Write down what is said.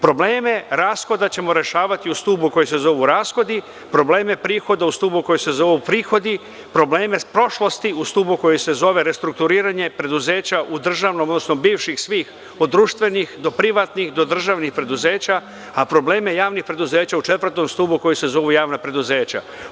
Probleme rashoda ćemo rešavati u stubu koji se zovu rashodi, probleme prihoda u stubu koji se zovu prihodi, probleme prošlosti u stubu koji se zove restrukturiranje preduzeća u državnom, odnosno svih bivših od društvenih do prihvatnih, do državnih preduzeća, a probleme javnih preduzeća u četvrtom stubu koji se zove javna preduzeća.